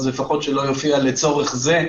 אז לפחות שלא יופיע "לצורך זה",